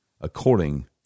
According